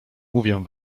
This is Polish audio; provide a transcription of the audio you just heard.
mówię